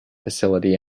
facility